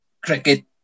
cricket